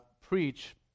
preach